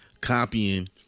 copying